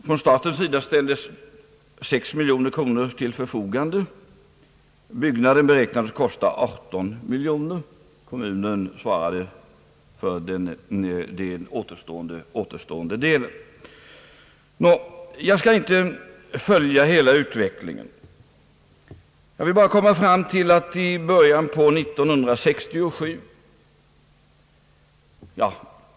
Från statens sida ställdes 6 miljoner kronor till förfogande, Byggnaden beräknades kosta 18 miljoner kronor — kommunen svarade för den återstående delen.